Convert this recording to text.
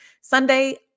Sunday